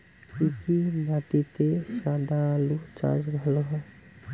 কি কি মাটিতে সাদা আলু চাষ ভালো হয়?